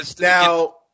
Now